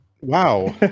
wow